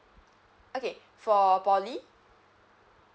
okay for poly